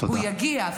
הוא יגיע.